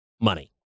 money